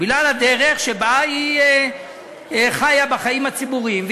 בגלל הדרך שבה היא חיה בחיים הציבוריים,